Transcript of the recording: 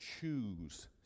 choose